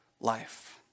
life